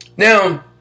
Now